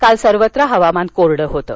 काल सर्वत्र हवामान कोरडं होतं